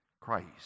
Christ